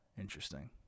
Interesting